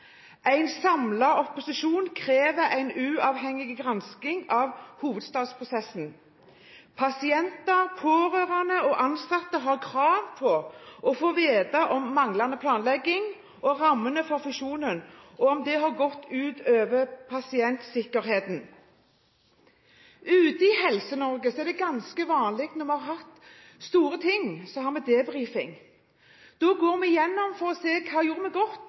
opposisjon krever en uavhengig gransking av hovedstadsprosessen. Pasienter, pårørende og ansatte har krav på å få vite om manglende planlegging og rammene for fusjonen har gått ut over pasientsikkerheten.» Ute i Helse-Norge er det ganske vanlig når vi har hatt store ting, at vi har debrifing. Da går vi igjennom det for å se på: Hva gjorde vi godt?